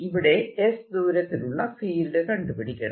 ഇവിടെ s ദൂരത്തിലുള്ള field കണ്ടുപിടിക്കണം